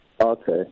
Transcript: Okay